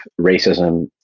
racism